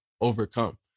overcome